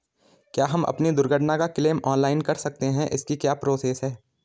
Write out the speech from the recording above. क्या हम अपनी दुर्घटना का क्लेम ऑनलाइन कर सकते हैं इसकी क्या प्रोसेस है?